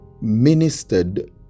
ministered